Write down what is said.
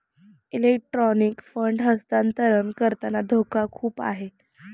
electronic fund हस्तांतरण करताना धोका खूप आहे